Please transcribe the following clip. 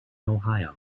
ohio